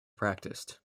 practised